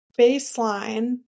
baseline